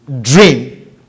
dream